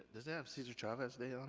does that have cesar chavez day